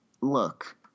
Look